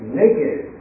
naked